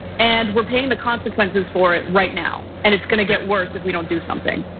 and we're paying the consequences for it right now. and it's gonna get worse if we don't do something.